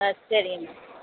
ஆ சரிங்க